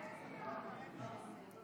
למה את המע"מ לא הורדת?